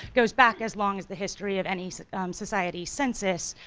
goes back as long as the history of any society census,